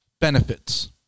benefits